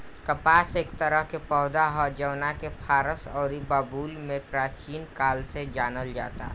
कपास एक तरह के पौधा ह जवना के फारस अउरी बाबुल में प्राचीन काल से जानल जाता